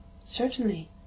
Certainly